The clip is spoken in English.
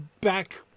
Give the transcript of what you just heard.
back